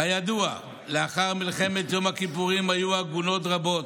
כידוע, לאחר מלחמת יום הכיפורים היו עגונות רבות,